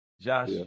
Josh